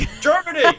germany